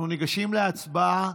אנחנו ניגשים להצבעה.